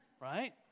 Right